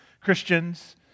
Christians